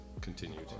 continued